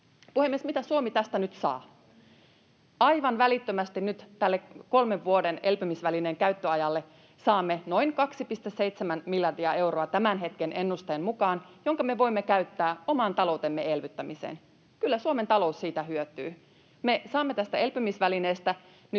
Puhemies! Mitä Suomi tästä nyt saa? Aivan välittömästi nyt tälle kolmen vuoden elpymisvälineen käyttöajalle saamme noin 2,7 miljardia euroa tämän hetken ennusteen mukaan, jonka me voimme käyttää oman taloutemme elvyttämiseen. Kyllä Suomen talous siitä hyötyy. Me saamme tästä elpymisvälineestä nyt